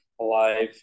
alive